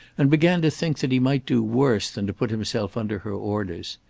and began to think that he might do worse than to put himself under her orders.